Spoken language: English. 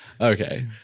Okay